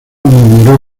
murmuró